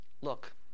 Look